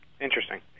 Interesting